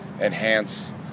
enhance